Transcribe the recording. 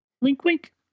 Wink-wink